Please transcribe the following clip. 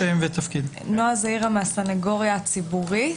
הסניגוריה הציבורית.